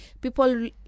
people